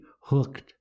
hooked